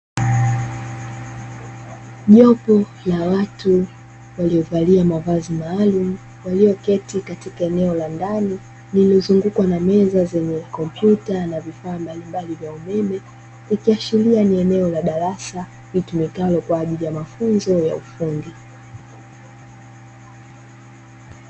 Jopo la watu waliovalia mavazi maalumu, walioketi katika eneo la ndani lililo zungukwa na meza zenye kompyuta na vifaa mbalimbali vya umeme ikiashiria ni eneo la darasa litumikalo kwa ajili ya mafunzo ya ufundi.